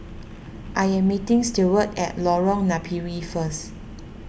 I am meeting Stewart at Lorong Napiri first